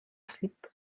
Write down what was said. slip